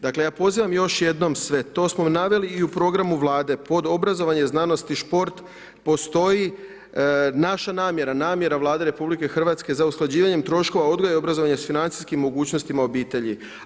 Dakle ja pozivam još jednom sve, to smo naveli i u programu Vlade pod obrazovanje, znanost i šport postoji naša namjera, namjera Vlade Republike Hrvatske za usklađivanjem troškova odgoja i obrazovanja sa financijskim mogućnostima obitelji.